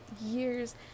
years